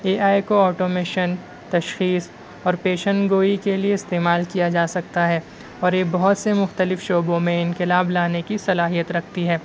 اے I کوآٹومیشن تشخیص اور پیشنگویی کے لئے استعمال کیا جا سکتا ہے اور یہ بہت سے مختلف شعبوں میں انقلاب لانے کی صلاحیت رکھتی ہے